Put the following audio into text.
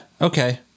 Okay